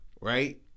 right